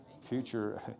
Future